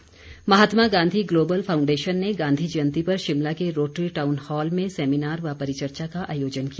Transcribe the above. foundation Mahatma Gandhi global foundation ने गांधी जयंती पर शिमला के रोटरी टाउन हॉल में सैमिनार व परिचर्चा का आयोजन किया